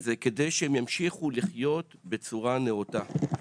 זה כדי שהם ימשיכו לחיות בצורה נאותה.